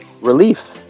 relief